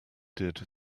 did